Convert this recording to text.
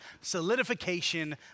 Solidification